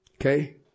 Okay